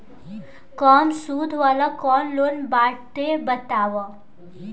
कम सूद वाला कौन लोन बाटे बताव?